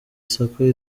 sacco